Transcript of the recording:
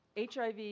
HIV